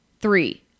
Three